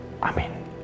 Amen